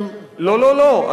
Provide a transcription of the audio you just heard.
לא לא לא,